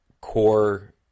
core